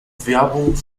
werbung